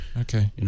Okay